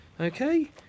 Okay